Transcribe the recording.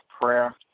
prayer